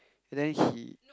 then he